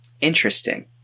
Interesting